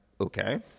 okay